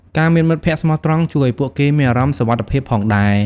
ការមានមិត្តភក្តិស្មោះត្រង់ជួយឱ្យពួកគេមានអារម្មណ៍សុវត្ថិភាពផងដែរ ។